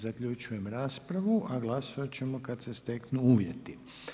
Zaključujem raspravu a glasovati ćemo kada se steknu uvjeti.